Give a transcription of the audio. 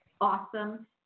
awesome